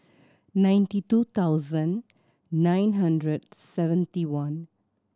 ninety two thousand nine hundred seventy one